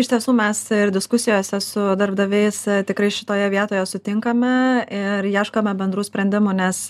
iš tiesų mes ir diskusijose su darbdaviais tikrai šitoje vietoje sutinkame ir ieškome bendrų sprendimų nes